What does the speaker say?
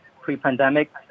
pre-pandemic